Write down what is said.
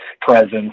presence